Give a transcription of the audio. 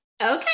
Okay